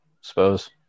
Suppose